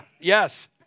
Yes